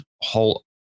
whole